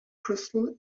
crystal